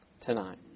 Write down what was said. tonight